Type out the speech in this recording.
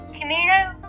Camino